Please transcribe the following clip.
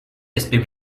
aspects